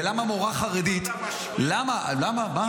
ולמה מורה חרדית --- אם אתה משווה --- למה?